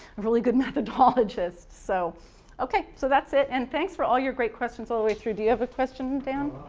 really good methodologist so okay, so that's it. and thanks for all your great questions all the way through. do you have a question dan?